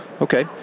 okay